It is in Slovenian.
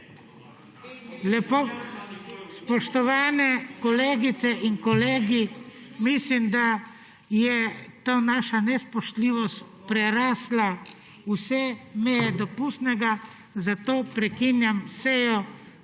Spoštovani kolegice in kolegi, mislim, da je ta naša nespoštljivost prerasla vse meje dopustnega, zato prekinjam sejo